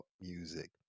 music